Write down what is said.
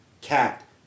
cat